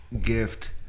gift